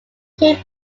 came